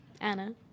Anna